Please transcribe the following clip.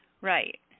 Right